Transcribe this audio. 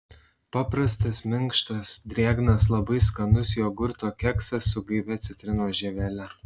paprastas minkštas drėgnas labai skanus jogurto keksas su gaivia citrinos žievele